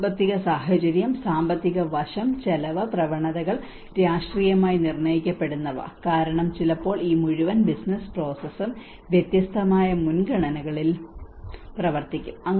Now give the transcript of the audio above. സാമ്പത്തിക സാഹചര്യം സാമ്പത്തിക വശം ചെലവ് പ്രവണതകൾ രാഷ്ട്രീയമായി നിർണ്ണയിക്കപ്പെടുന്നവ കാരണം ചിലപ്പോൾ ഈ മുഴുവൻ ബിസിനസ്സ് പ്രോസസും വ്യത്യസ്തമായ മുൻഗണനകളിൽ പ്രവർത്തിക്കും